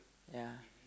ya